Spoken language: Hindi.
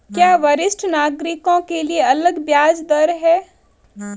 क्या वरिष्ठ नागरिकों के लिए अलग ब्याज दर है?